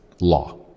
law